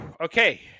Okay